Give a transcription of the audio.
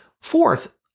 Fourth